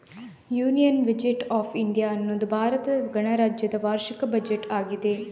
union budget of India ಅನ್ನುದು ಭಾರತ ಗಣರಾಜ್ಯದ ವಾರ್ಷಿಕ ಬಜೆಟ್ ಆಗಿದೆ